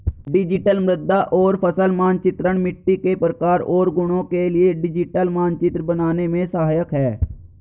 digital मृदा और फसल मानचित्रण मिट्टी के प्रकार और गुणों के लिए डिजिटल मानचित्र बनाने में सहायक है